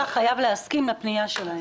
אתה חייב להסכים לפנייה שלהם.